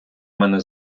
мене